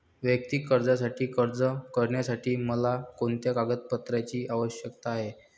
वैयक्तिक कर्जासाठी अर्ज करण्यासाठी मला कोणत्या कागदपत्रांची आवश्यकता आहे?